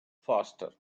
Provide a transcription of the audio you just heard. faster